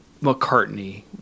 mccartney